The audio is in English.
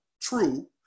true